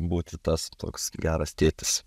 būti tas toks geras tėtis